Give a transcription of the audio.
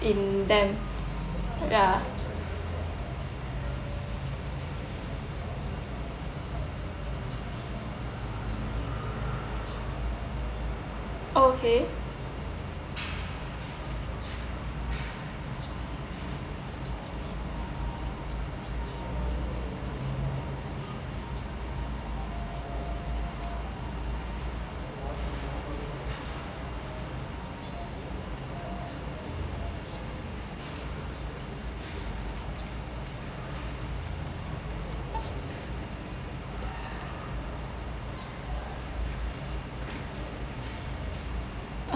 in them ya okay